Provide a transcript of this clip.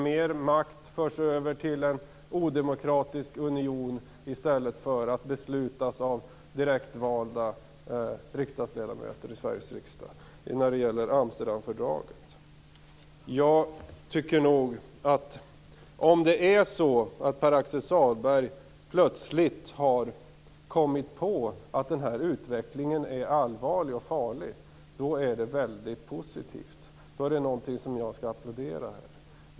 Mer makt förs över till en odemokratisk union i stället för att besluten fattas av direktvalda riksdagsledamöter i Sveriges riksdag när det gäller Om Pär-Axel Sahlberg plötsligt har kommit på att denna utveckling är allvarlig och farlig, så är det väldigt positivt och något som jag applåderar.